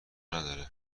نداره